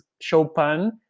Chopin